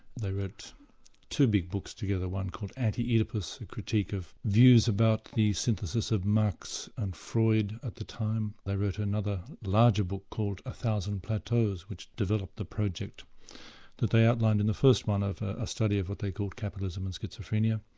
they wrote two big books together one called anti-oedipus a critique of views about the synthesis of marx and freud at the time. they wrote another larger book called a thousand plateaus which developed the project that they outlined in the first one, a study of what they called capitalism and schizophrenia.